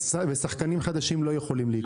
ושחקנים חדשים לא יכולים להיכנס?